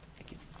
thank you.